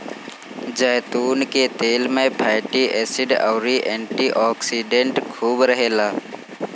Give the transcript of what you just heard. जैतून के तेल में फैटी एसिड अउरी एंटी ओक्सिडेंट खूब रहेला